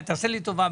תעשה לי טובה,